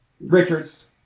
Richards